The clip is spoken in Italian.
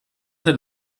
del